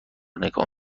نگاه